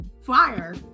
fire